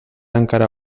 encara